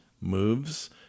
moves